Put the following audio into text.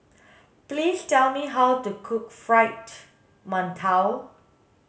please tell me how to cook fried mantou